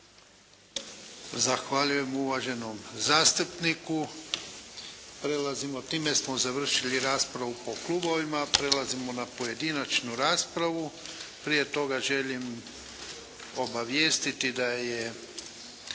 Zahvaljujem uvaženom zastupniku. Time smo završili raspravu po klubovima. Prelazimo na pojedinačnu raspravu. Prije toga želim obavijestiti da je